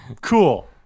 Cool